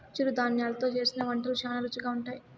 చిరుధాన్యలు తో చేసిన వంటలు శ్యానా రుచిగా ఉంటాయి